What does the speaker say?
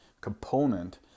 component